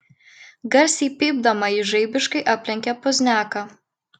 garsiai pypdama ji žaibiškai aplenkė pozniaką